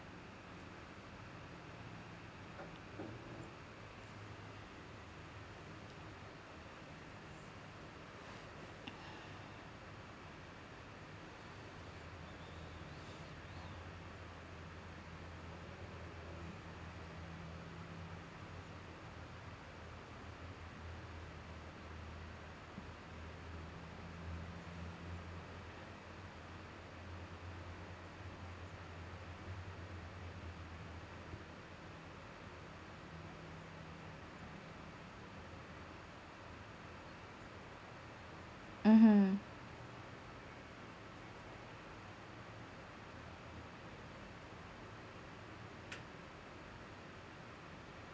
mmhmm